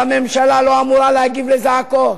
אבל ממשלה לא אמורה להגיב לזעקות.